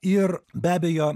ir be abejo